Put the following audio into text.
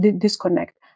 disconnect